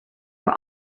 were